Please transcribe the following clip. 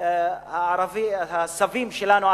הסבים שלנו,